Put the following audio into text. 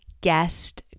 guest